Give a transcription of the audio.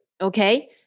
okay